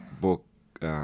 book